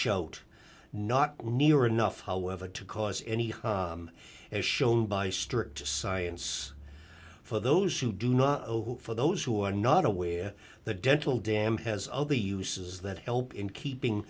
out not near enough however to cause any harm as shown by strict science for those who do not for those who are not aware the dental dam has other uses that help in keeping